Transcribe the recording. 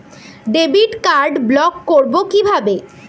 Debit card block করব কিভাবে?